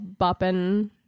bopping